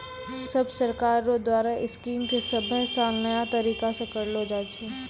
सब सरकार रो द्वारा स्कीम के सभे साल नया तरीकासे करलो जाए छै